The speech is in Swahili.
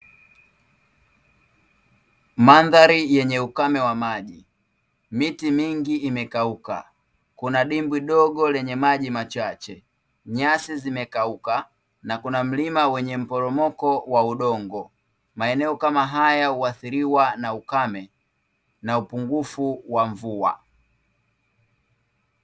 Mandhari yenye ukame wa maji. Miti mingi imekauka. Kuna dimbwi dogo lenye maji machache. Nyasi zimekauka na kuna mlima wenye mporomoko wa udongo. Maeneo kama haya huathiriwa na ukame na upungufu wa mvua.